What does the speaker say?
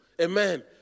Amen